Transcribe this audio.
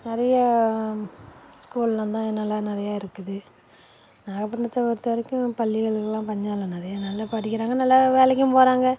நிறைய ஸ்கூல்லாந்தான் என்னலாம் நிறையா இருக்குது நாகபட்டினத்த பொறுத்த வரைக்கும் பள்ளிகள் எல்லாம் பஞ்சம் இல்லை நிறையா நல்லா படிக்கிறாங்க நல்லா வேலைக்கும் போகிறாங்க